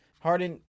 Harden